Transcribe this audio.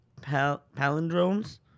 palindromes